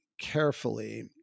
carefully